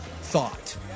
thought